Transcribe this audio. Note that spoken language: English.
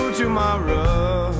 tomorrow